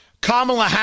Kamala